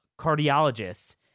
cardiologists